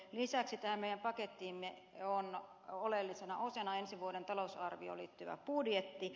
lisäksi meidän paketissamme on oleellisena osana ensi vuoden talousarvioon liittyvä budjetti